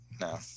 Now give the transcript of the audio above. No